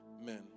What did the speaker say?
Amen